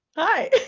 hi